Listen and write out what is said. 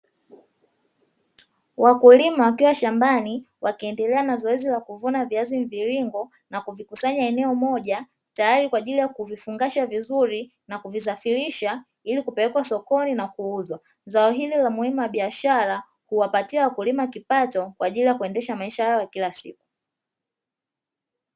Wakulima wakiwa shambani wakiendelea na zoezi la kuvuna viazi mviringo na kuvikusanya eneo moja tayari kwa ajili ya kuvifungasha vizuri na kuvisafirisha ili kupelekwa sokoni na kuuzwa, zao hili muhimu la biashara huwapatia wakulima kipato kwa ajili kuendesha maisha yao ya kila siku.